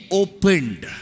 opened